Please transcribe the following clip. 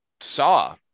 saw